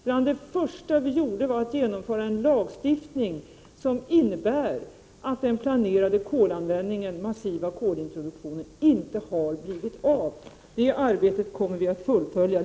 Bland det första vi gjorde var att genomföra en lagstiftning som har inneburit att den planerade kolanvändningen, denna massiva kolintroduktion, inte har blivit av. Detta arbete kommer vi att fullfölja.